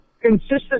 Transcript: consistent